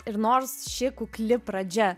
ir nors ši kukli pradžia